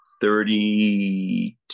thirty